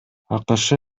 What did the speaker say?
акш